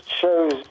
shows